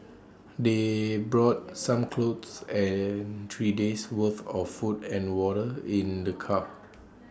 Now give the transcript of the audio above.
they brought some clothes and three days' worth of food and water in the car